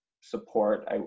support